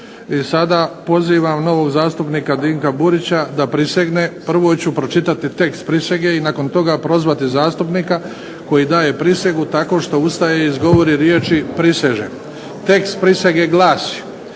sada pozivam novog zastupnika Dinka Burić da prisegne. Prvo ću pročitati tekst prisege i nakon toga prozvati zastupnika koji daje prisegu tako što ustaje i izgovori riječi prisežem. Tekst prisege glasi: